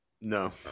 No